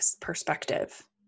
perspective